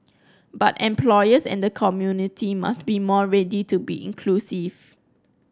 but employers and the community must be more ready to be inclusive